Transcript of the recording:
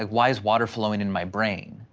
ah why is water flowing in my brain?